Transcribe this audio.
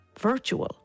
virtual